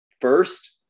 first